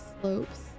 slopes